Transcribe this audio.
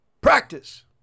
Practice